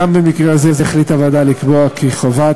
גם במקרה זה החליטה הוועדה לקבוע כי חובת